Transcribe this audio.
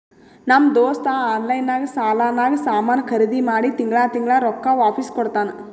ನಮ್ ದೋಸ್ತ ಆನ್ಲೈನ್ ನಾಗ್ ಸಾಲಾನಾಗ್ ಸಾಮಾನ್ ಖರ್ದಿ ಮಾಡಿ ತಿಂಗಳಾ ತಿಂಗಳಾ ರೊಕ್ಕಾ ವಾಪಿಸ್ ಕೊಡ್ತಾನ್